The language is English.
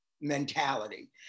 mentality